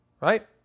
right